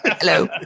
Hello